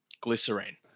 Glycerine